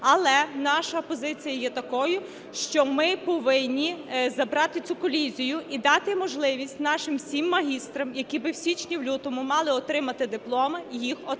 але наша позиція є такою, що ми повинні забрати цю колізію і дати можливість нашим всім магістрам, які би в січні, в лютому мали отримати дипломи, їх отримати.